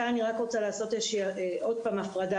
אני רק רוצה לעשות עוד פעם הפרדה,